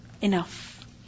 enough